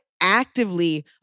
actively